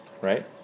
right